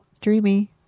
Dreamy